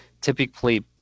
typically